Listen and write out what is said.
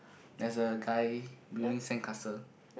there is a guy building sandcastle